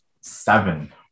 seven